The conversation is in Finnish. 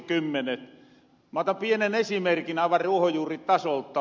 mä otan pienen esimerkin aivan ruohonjuuritasolta